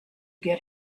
get